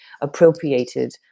appropriated